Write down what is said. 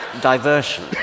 ...diversion